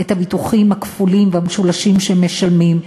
את הביטוחים הכפולים והמשולשים שהם משלמים,